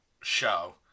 show